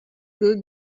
good